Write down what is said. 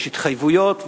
יש התחייבויות,